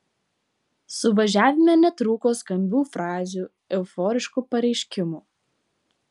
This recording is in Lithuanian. suvažiavime netrūko skambių frazių euforiškų pareiškimų